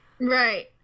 Right